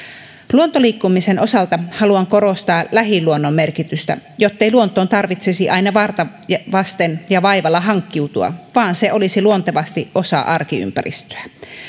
luontoliikkumisen osalta haluan korostaa lähiluonnon merkitystä jottei luontoon tarvitsisi aina varta vasten ja vaivalla hankkiutua vaan se olisi luontevasti osa arkiympäristöä